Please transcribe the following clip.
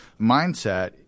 mindset